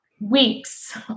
weeks